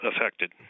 affected